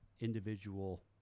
individual